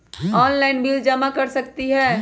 Online bill जमा कर सकती ह?